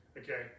Okay